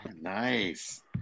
nice